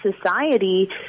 society